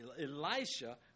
Elisha